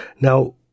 Now